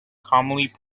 commonly